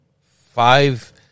five